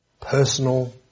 personal